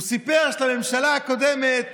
הוא סיפר שבממשלה הקודמת